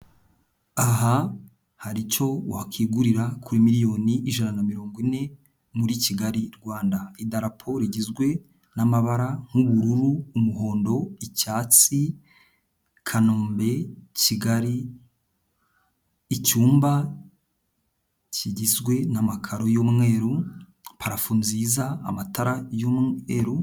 Aha hari icyo wakwigurira kuri miliyoni 140,000,000 muri Kigali Rwanda. Idarapo igizwe n'amabara nk'ubururu umuhondo icyatsi kanombe kigali icyumba kigizwe n'amakaro y'umweru parafo nziza amatara y'umweru.....